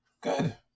Good